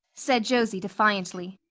said josie defiantly.